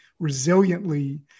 resiliently